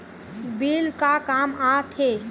Bill का काम आ थे?